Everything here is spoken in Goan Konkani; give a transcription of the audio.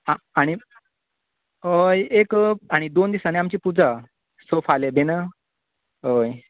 आ आनी हय एक आनी दोन दिसांनी आमची पुजा सो फाल्यां बीन